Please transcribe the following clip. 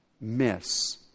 miss